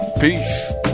Peace